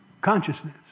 consciousness